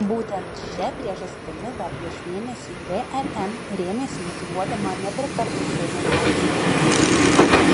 būtent šia priežastimi dar prieš mėnesį vrm rėmėsi motyvuodama nepritarti seimo nario siūlymui